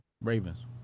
Ravens